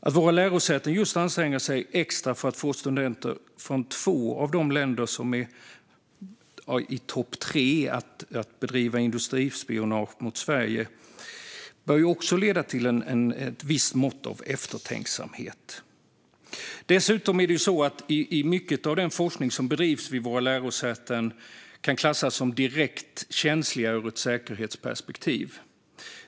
Att våra lärosäten anstränger sig extra för att få studenter från två av de länder som är topp tre i att bedriva industrispionage mot Sverige bör också leda till ett visst mått av eftertänksamhet. Mycket av den forskning som bedrivs vid våra lärosäten kan klassas som direkt känslig ur ett säkerhetsperspektiv.